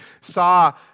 saw